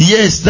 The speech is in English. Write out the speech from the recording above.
Yes